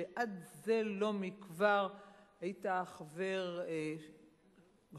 שעד זה לא מכבר היית חבר מכובד,